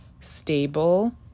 stable